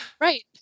Right